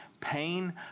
pain